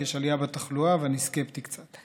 כי יש עלייה בתחלואה ואני סקפטי קצת.